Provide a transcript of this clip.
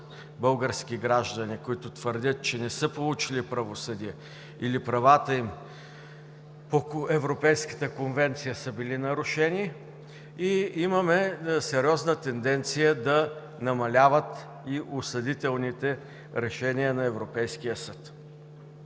български граждани, които твърдят, че не са получили правосъдие или правата им по Европейската конвенция са били нарушени, имаме сериозна тенденция да намаляват и осъдителните решения на Европейския съд.